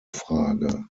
frage